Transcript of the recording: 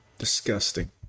Disgusting